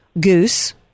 Goose